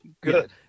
good